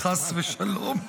חס ושלום.